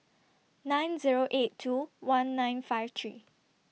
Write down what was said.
nine Zero eight two one nine five three